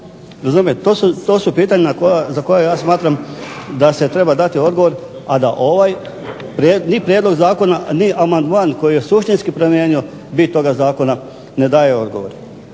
To su pitanja za koja ja smatram da se treba dati odgovor, a da ovaj ni prijedlog zakona, ni amandman koji je suštinski promijenio bit toga zakona ne daje odgovor.